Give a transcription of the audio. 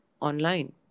online